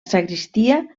sagristia